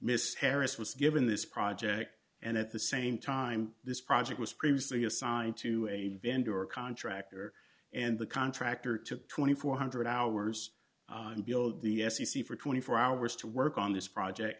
miss harris was given this project and at the same time this project was previously assigned to a vendor or contractor and the contractor took two thousand four hundred hours and build the s e c for twenty four hours to work on this project